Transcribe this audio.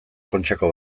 kontxako